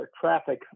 traffic